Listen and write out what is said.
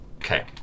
Okay